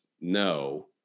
no